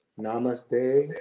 namaste